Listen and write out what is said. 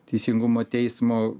teisingumo teismo